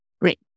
great